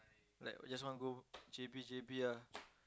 like we just want go J_B J_B ah